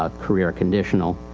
ah career conditional.